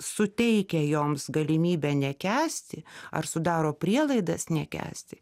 suteikia joms galimybę nekęsti ar sudaro prielaidas nekęsti